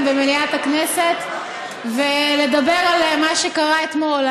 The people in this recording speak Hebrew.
במליאת הכנסת לדבר על מה שקרה אתמול,